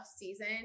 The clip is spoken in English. season